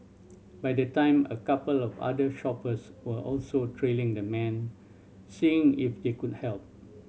by the time a couple of other shoppers were also trailing the man seeing if they could help